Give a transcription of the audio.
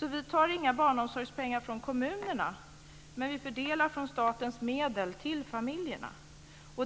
Vi tar inga barnomsorgspengar från kommunerna. Men vi fördelar från statens medel till familjerna.